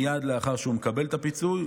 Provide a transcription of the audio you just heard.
מייד לאחר שהוא מקבל את הפיצוי,